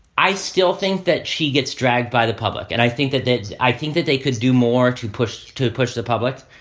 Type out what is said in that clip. i still think that she gets dragged by the public. and i think that that's i think that they could do more to push to push the public.